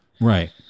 Right